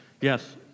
yes